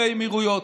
באיחוד האמירויות,